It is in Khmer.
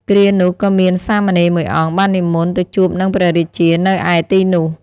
គ្រានោះ ក៏មានសាមណេរមួយអង្គ បាននិមន្តទៅជួបនឹងព្រះរាជានៅឯទីនោះ ។